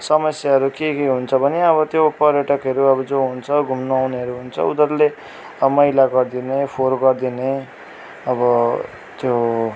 समस्याहरू के के हुन्छ भने अब त्यो पर्यटकहरू अब जो हुन्छ घुम्न आउनेहरू हुन्छ उनीहरूले अब मैला गरिदिने फोर गरिदिने अब त्यो